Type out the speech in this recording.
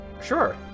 Sure